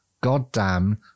goddamn